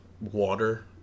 water